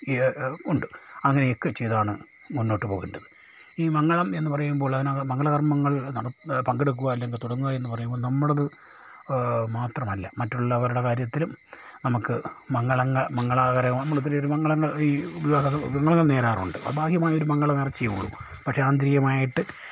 ഉണ്ട് അങ്ങനെയൊക്കെ ചെയ്താണ് മുന്നോട്ട് പോകേണ്ടത് ഈ മംഗളം എന്ന് പറയുമ്പോൾ അതിനാണ് മംഗളകർമ്മങ്ങൾ പങ്കെടുക്കുവാൻ അല്ലെങ്കിൽ തുടങ്ങുവാൻ എന്ന് പറയുമ്പോൾ നമ്മുടേത് മാത്രമല്ല മറ്റുള്ളവരുടെ കാര്യത്തിലും നമുക്ക് മംഗളങ്ങൾ ഈ വിവാഹ വിമലങ്ങൾ നേരാറുണ്ട് ബാഹ്യമായ ഒരു മംഗളനേർച്ചയുള്ളൂ പക്ഷെ ആന്തരികമായിട്ടു